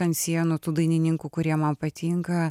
ant sienų tų dainininkų kurie man patinka